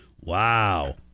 Wow